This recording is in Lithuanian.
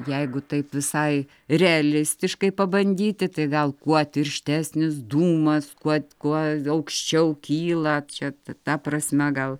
jeigu taip visai realistiškai pabandyti tai gal kuo tirštesnis dūmas kuo kuo aukščiau kyla čia ta prasme gal